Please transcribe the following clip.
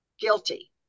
guilty